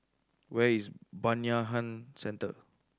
where is Bayanihan Centre